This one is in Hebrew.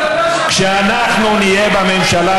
כשאנחנו נהיה בממשלה,